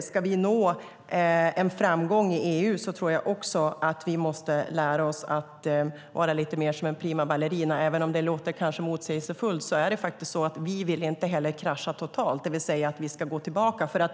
Ska vi nå framgång i EU tror jag också att vi måste lära oss att vara lite mer som en prima ballerina. Även om det kanske låter motsägelsefullt är det faktiskt så att vi inte heller vill krascha totalt, det vill säga att vi ska gå tillbaka.